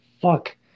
fuck